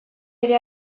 ere